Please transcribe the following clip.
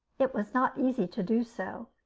it was not easy to do so.